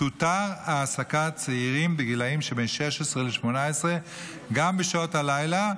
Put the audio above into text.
תותר העסקת צעירים בגילים שבין 16 ל-18 גם בשעות הלילה,